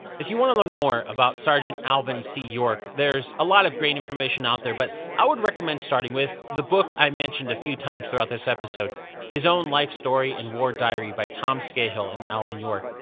if you want to learn more about sergeant alvin c. york, there's a lot of great information out there, but i'd recommend starting with the book i mentioned a few times throughout this episode his own life story and war diary by tom skeyhill and alvin york.